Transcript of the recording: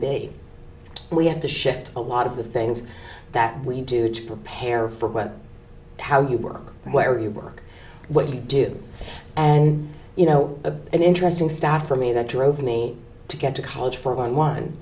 be we have to shift a lot of the things that we do to prepare for what how you work where you work what you do and you know the interesting stat for me that drove me to get to college for one one